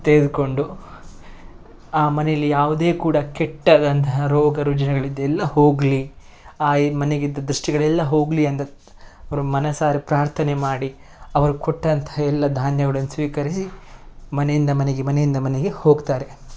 ತೆಗೆದುಕೊಂಡು ಆ ಮನೇಲ್ಲಿ ಯಾವುದೇ ಕೂಡ ಕೆಟ್ಟದಂತಹ ರೋಗರುಜಿನಗಳಿದ್ದೆಲ್ಲ ಹೋಗಲಿ ಆ ಈ ಮನೆಗಿದ್ದ ದೃಷ್ಟಿಗಳೆಲ್ಲ ಹೋಗಲಿ ಅಂತ ಅವ್ರು ಮನಸಾರೆ ಪ್ರಾರ್ಥನೆ ಮಾಡಿ ಅವರು ಕೊಟ್ಟಂತಹ ಎಲ್ಲ ಧಾನ್ಯಗಳನ್ನು ಸ್ವೀಕರಿಸಿ ಮನೆಯಿಂದ ಮನೆಗೆ ಮನೆಯಿಂದ ಮನೆಗೆ ಹೋಗ್ತಾರೆ